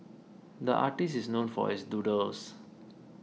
the artist is known for his doodles